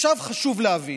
חשוב להבין: